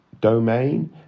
domain